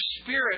spirit